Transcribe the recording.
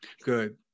Good